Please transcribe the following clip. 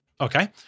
Okay